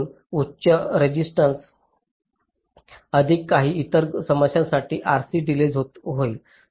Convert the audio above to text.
म्हणून उच्च रेसिस्टन्स अधिक काही इतर समस्यांसाठी RC डिलेज होईल